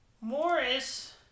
Morris